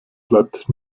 bleibt